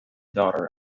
daughter